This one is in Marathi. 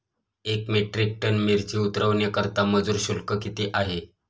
एक मेट्रिक टन मिरची उतरवण्याकरता मजुर शुल्क किती आहे?